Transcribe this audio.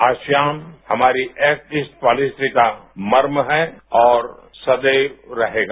ASEAN हमारी act east policy का मर्म है और सदैव रहेगा